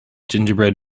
gingerbread